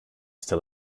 still